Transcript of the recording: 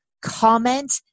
comment